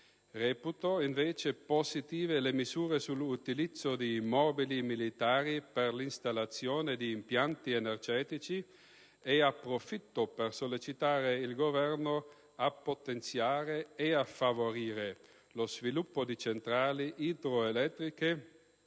Reputo, invece, positive le misure sull'utilizzo di immobili militari per l'installazione di impianti energetici e approfitto per sollecitare il Governo a potenziare e favorire lo sviluppo di centrali idroelettriche,